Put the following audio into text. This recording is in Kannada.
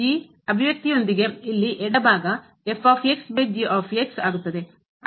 ಆದ್ದರಿಂದ ಈ ಅಭಿವ್ಯಕ್ತಿಯೊಂದಿಗೆ ಇಲ್ಲಿ ಎಡಭಾಗ